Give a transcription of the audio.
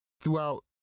throughout